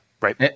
Right